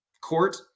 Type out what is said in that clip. court